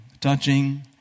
touching